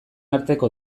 arteko